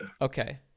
Okay